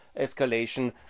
escalation